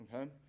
Okay